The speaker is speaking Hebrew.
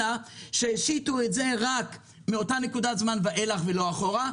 אלא שהשיתו את זה רק מאותה נקודת זמן ואילך ולא אחורה,